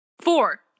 Four